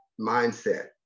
mindset